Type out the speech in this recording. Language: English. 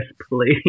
please